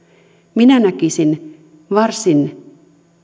minä näkisin varsin